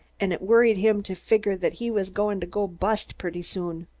an' it worried him to figure that he was goin' to go bu'st pretty soon.